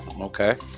Okay